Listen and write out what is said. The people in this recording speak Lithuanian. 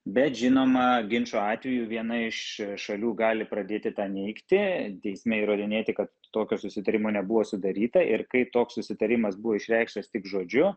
bet žinoma ginčo atveju viena iš šalių gali pradėti tą neigti teisme įrodinėti kad tokio susitarimo nebuvo sudaryta ir kai toks susitarimas buvo išreikštas tik žodžiu